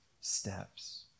steps